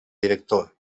director